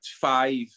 five